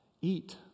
Eat